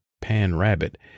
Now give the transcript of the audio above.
pan-rabbit